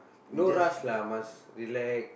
no rush lah must relax